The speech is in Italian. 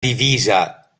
divisa